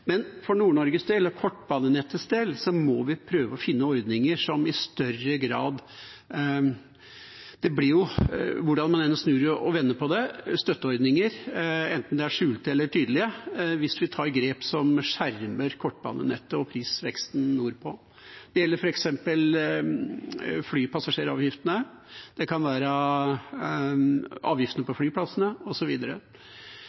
Men for Nord-Norges og kortbanenettets del må vi prøve å finne ordninger – det blir jo, hvordan man enn snur og vender på det, støtteordninger, enten de er skjulte eller tydelige – og ta grep som skjermer kortbanenettet og prisveksten nordpå. Det gjelder f.eks. flypassasjeravgiftene. Det kan være avgiftene på